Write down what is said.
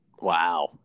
Wow